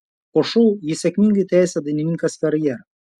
po šou ji sėkmingai tęsė dainininkės karjerą